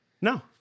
No